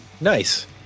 Nice